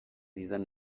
didan